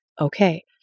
Okay